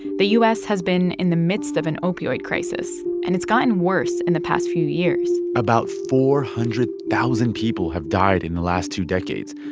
the u s. has been in the midst of an opioid crisis, and it's gotten worse in the past few years about four hundred thousand people have died in the last two decades,